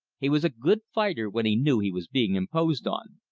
he was a good fighter when he knew he was being imposed on.